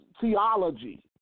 theology